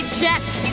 checks